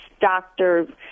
doctor